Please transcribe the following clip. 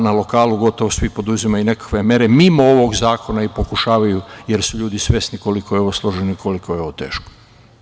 Na lokalu gotovo svi poduzimaju nekakve mere mimo ovog zakona i pokušavaju jer su ljudi svesni koliko je ovo složeno i koliko je ovo teško.